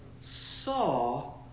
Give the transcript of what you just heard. saw